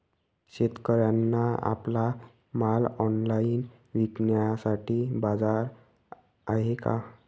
शेतकऱ्यांना आपला माल ऑनलाइन विकण्यासाठी बाजार आहे का?